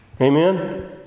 Amen